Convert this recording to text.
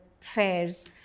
fairs